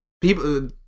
people